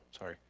sorry.